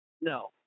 No